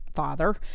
father